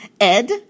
Ed